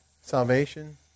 salvation